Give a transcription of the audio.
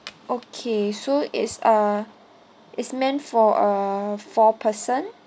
okay so it's uh it's meant for uh four person